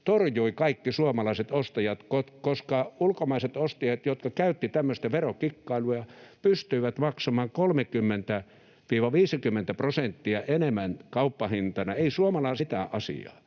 torjui kaikki suomalaiset ostajat, koska ulkomaiset ostajat, jotka käyttivät tämmöistä verokikkailua, pystyivät maksamaan 30–50 prosenttia enemmän kauppahintana. Ei suomalaisilla